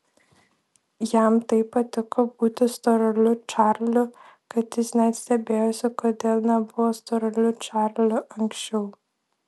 jam taip patiko būti storuliu čarliu kad jis net stebėjosi kodėl nebuvo storuliu čarliu anksčiau